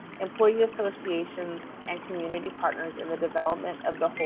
employee associations, and community partners in the development of but the